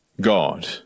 God